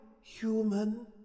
human